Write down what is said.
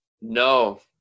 no